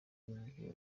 rikuru